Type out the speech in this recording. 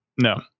No